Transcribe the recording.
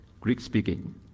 Greek-speaking